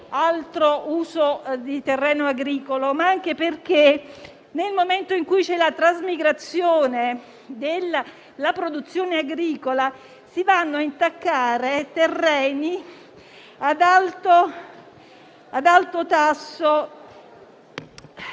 altro uso di terreno agricolo, ma anche perché, nel momento in cui c'è la trasmigrazione della produzione agricola, si vanno a produrre molte più